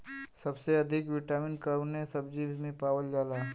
सबसे अधिक विटामिन कवने सब्जी में पावल जाला?